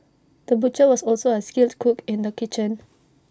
the butcher was also A skilled cook in the kitchen